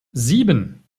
sieben